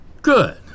Good